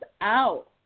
out